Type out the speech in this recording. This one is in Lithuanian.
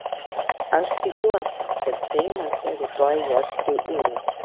aš tikiuosi kad seimas rytoj juos priims